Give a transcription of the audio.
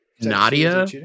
Nadia